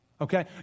okay